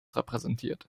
repräsentiert